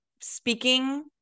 speaking